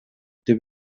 деп